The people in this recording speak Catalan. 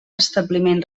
establiment